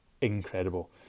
incredible